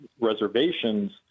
reservations